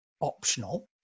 optional